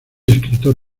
escritor